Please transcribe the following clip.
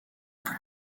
plu